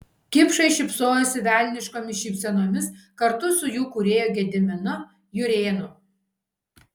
kipšai šypsojosi velniškomis šypsenomis kartu su jų kūrėju gediminu jurėnu